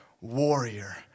warrior